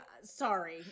Sorry